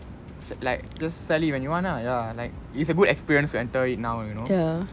like just sell it when you want ah ya like it's a good experience to enter in now you know